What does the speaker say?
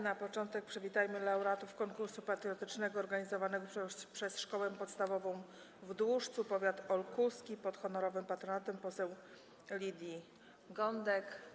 Na początek przywitajmy laureatów konkursu patriotycznego organizowanego przez Szkołę Podstawową w Dłużcu, powiat olkuski, pod honorowym patronatem poseł Lidii Gądek.